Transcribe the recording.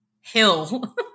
hill